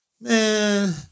Man